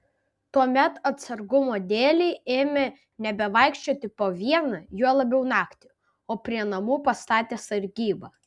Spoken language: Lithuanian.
tuomet atsargumo dėlei ėmė nebevaikščioti po vieną juo labiau naktį o prie namų pastatė sargybą